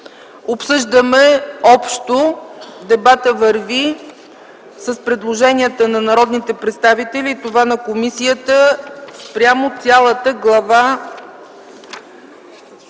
Обсъждаме общо. Дебатът върви с предложенията на народните представители и с тези на комисията спрямо цялата Глава